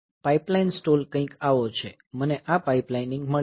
pipeline stall કંઈક આવો છે મને આ પાઇપલાઇનિંગ મળી છે